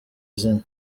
izina